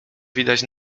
widać